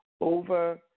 over